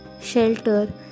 shelter